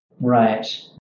Right